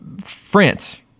France